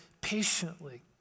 patiently